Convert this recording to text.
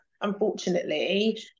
unfortunately